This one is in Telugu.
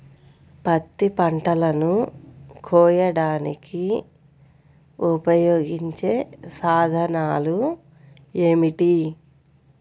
పత్తి పంటలను కోయడానికి ఉపయోగించే సాధనాలు ఏమిటీ?